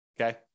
Okay